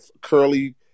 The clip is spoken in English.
curly